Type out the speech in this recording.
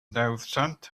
nawddsant